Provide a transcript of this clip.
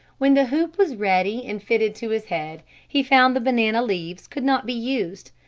when the hoop was ready and fitted to his head he found the banana leaves could not be used.